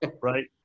right